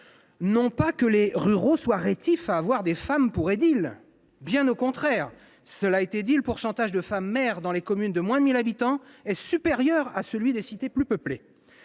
Non pas que les ruraux soient rétifs à avoir des femmes pour édile. Bien au contraire ! Le pourcentage de femmes maires d’une commune de moins de 1 000 habitants est ainsi supérieur à celui des cités plus peuplées.